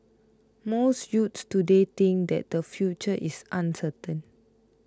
most youths today think that their future is uncertain